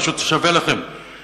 ופשוט שווה לכם,